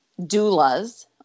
doulas